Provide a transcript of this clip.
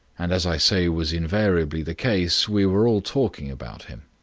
and as i say was invariably the case, we were all talking about him.